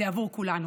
זה עבור כולנו.